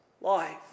life